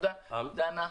ותודה גם לדנה.